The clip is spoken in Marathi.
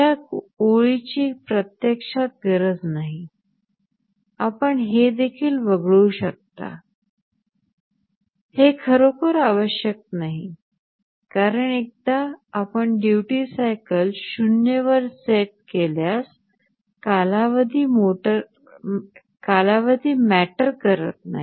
या ओळीची प्रत्यक्षात गरज नाही आपण हे देखील वगळू शकता हे खरोखर आवश्यक नाही कारण एकदा आपण ड्युटी सायकल 0 वर सेट केल्यास कालावधी मॅटर करीत नाही